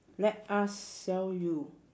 let us sell you